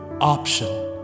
option